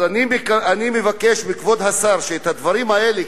אז אני מבקש מכבוד השר שאת הדברים האלה,